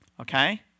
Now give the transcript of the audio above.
Okay